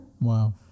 Wow